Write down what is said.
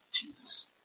Jesus